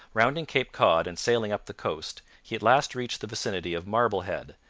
rounding cape cod and sailing up the coast, he at last reached the vicinity of marblehead,